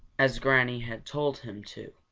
as granny had told him to.